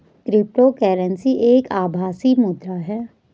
crypto currency एक आभासी मुद्रा है